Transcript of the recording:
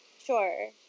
Sure